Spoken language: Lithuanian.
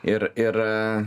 ir ir